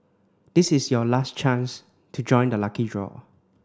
this is your last chance to join the lucky draw